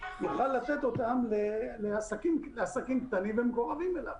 לעסקים קטנים ומקורבים אליו.